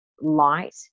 light